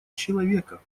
человека